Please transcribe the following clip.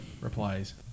replies